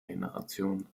generation